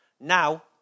Now